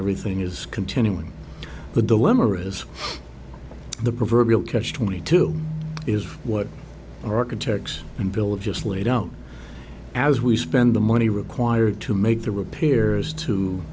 everything is continuing the dilemma is the proverbial catch twenty two is what architects and bill of just laid out as we spend the money required to make the repairs to